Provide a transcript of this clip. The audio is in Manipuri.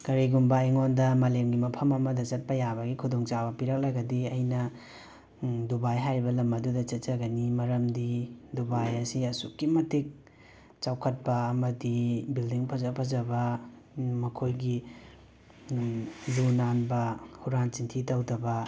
ꯀꯔꯤꯒꯨꯝꯕ ꯑꯩꯉꯣꯟꯗꯥ ꯃꯥꯂꯦꯝꯒꯤ ꯃꯐꯝ ꯑꯃꯗ ꯆꯠꯄ ꯌꯥꯕꯒꯤ ꯈꯨꯗꯣꯡꯆꯥꯕ ꯄꯤꯔꯛꯂꯒꯗꯤ ꯑꯩꯅ ꯗꯨꯕꯥꯏ ꯍꯥꯏꯔꯤꯕ ꯂꯝ ꯑꯗꯨꯗ ꯆꯠꯆꯒꯅꯤ ꯃꯔꯝꯗꯤ ꯗꯨꯕꯥꯏ ꯑꯁꯤ ꯑꯁꯨꯛꯀꯤ ꯃꯇꯤꯛ ꯆꯥꯎꯈꯠꯄꯥ ꯑꯃꯗꯤ ꯕꯤꯜꯗꯤꯡ ꯐꯖ ꯐꯖꯕꯥ ꯃꯈꯣꯏꯒꯤ ꯂꯨ ꯅꯥꯟꯕꯥ ꯍꯨꯔꯥꯟ ꯆꯤꯟꯊꯤ ꯇꯧꯗꯕꯥ